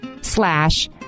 Slash